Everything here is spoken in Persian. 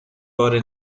باره